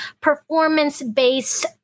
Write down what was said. performance-based